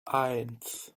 eins